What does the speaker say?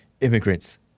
immigrants